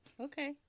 Okay